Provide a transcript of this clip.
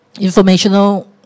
informational